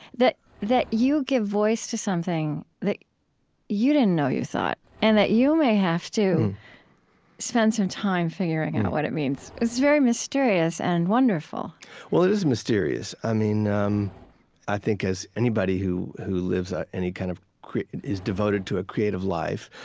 that that you give voice to something that you didn't know you thought. and that you may have to spend some time figuring out what it means. it's very mysterious and wonderful well, it is mysterious. i um think as anybody who who lives any kind of create is devoted to a creative life,